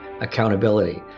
accountability